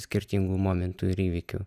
skirtingų momentų ir įvykių